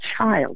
child